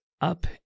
up